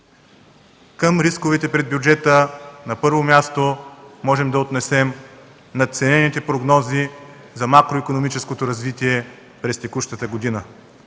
Към рисковете пред бюджета на първо място можем да отнесем надценените прогнози за макроикономическото развитие през текущата година.